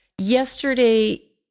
yesterday